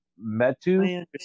Metu